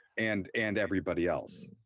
and and everybody else.